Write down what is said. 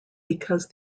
because